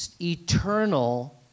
Eternal